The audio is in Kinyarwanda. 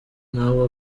ntabwo